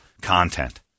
content